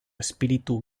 espíritu